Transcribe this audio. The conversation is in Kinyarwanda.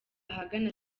ahagana